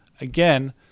again